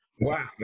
Wow